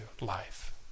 life